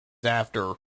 after